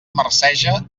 marceja